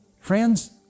Friends